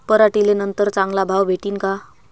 पराटीले नंतर चांगला भाव भेटीन का?